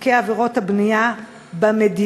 תיקי עבירות הבנייה במדינה,